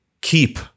keep